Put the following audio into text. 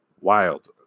wild